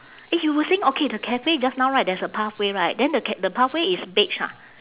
eh you were saying okay the cafe just now right there's a pathway right then the c~ the pathway is beige ha